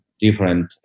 different